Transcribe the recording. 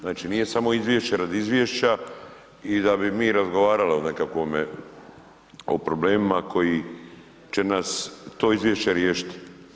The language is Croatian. Znači, nije samo izvješće radi izvješća i da bi mi razgovarali o nekakvome, o problemima koji će nas to izvješće riješiti.